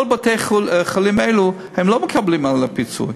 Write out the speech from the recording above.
כל בתי-החולים האלה לא מקבלים את הפיצוי.